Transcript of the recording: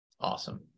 awesome